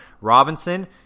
Robinson